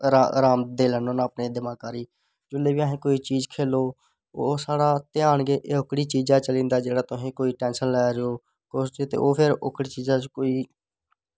आराम देई लैन्ना होन्ना अपने दमाकै गी ते जि'यां बी आक्खो कोई चीज खेढो ओह् साढ़ा ध्यान गै ओह्कड़ी चीज़ां पर चली जंदा जित्थै कोई टैन्शन लै जो ते ओह् फिर ओह्कड़ी चीजै पर कोई